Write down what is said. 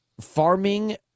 farming